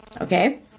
Okay